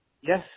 Yes